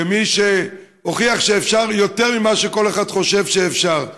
כמי שהוכיח שאפשר יותר ממה שכל אחד חושב שאפשר,